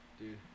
Dude